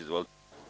Izvolite.